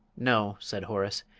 no, said horace,